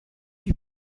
you